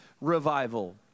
revival